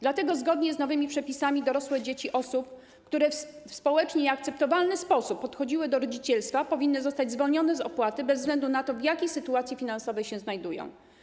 Dlatego zgodnie z nowymi przepisami dorosłe dzieci osób, które w społecznie nieakceptowalny sposób podchodziły do rodzicielstwa, powinny zostać zwolnione z opłaty bez względu na to, w jakiej sytuacji finansowej się znajdują.